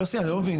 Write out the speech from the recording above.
יוסי אני לא מבין,